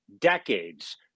decades